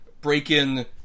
break-in